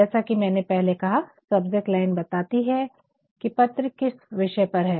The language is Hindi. जैसा की मैंने पहले कहा सब्जेक्ट लाइन बताती है की पत्र किस विषय पर है